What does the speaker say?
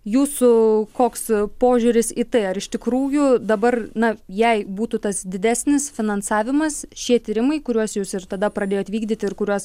jūsų koks požiūris į tai ar iš tikrųjų dabar na jei būtų tas didesnis finansavimas šie tyrimai kuriuos jūs ir tada pradėjot vykdyti ir kuriuos